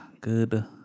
good